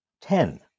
Ten